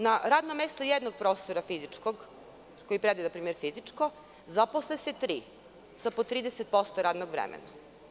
Na radno mesto jednog profesora fizičkog, koji predaje fizičko, zaposle se tri sa po 30% radnog vremena.